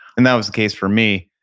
and that was the case for me.